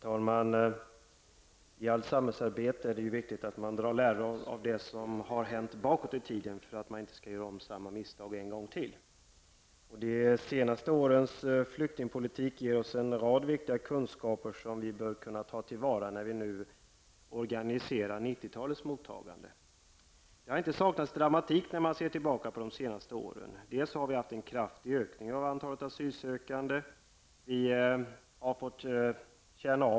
Herr talman! I allt samhällsarbete är det viktigt att dra lärdom av det som har hänt bakåt i tiden för att man inte skall göra om samma misstag en gång till. De senaste tio årens flyktingpolitik ger oss en rad viktiga kunskaper som vi kan ta till vara när vi nu organiserar 90-talets flyktingmottagande. När man ser tillbaka på vad som har hänt de senaste åren kan man konstatera att det inte har saknats dramatik. Antalet asylsökande har ökat mycket kraftigt.